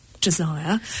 desire